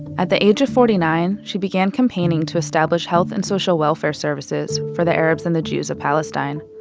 at the age of forty-nine, she began campaigning to establish health and social welfare services for the arabs and the jews of palestine.